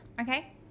Okay